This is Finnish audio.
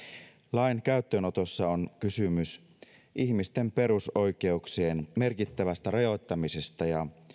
lain käyttöönotossa on kysymys ihmisten perusoikeuksien merkittävästä rajoittamisesta ja